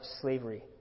slavery